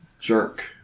jerk